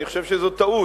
אני חושב שזאת טעות,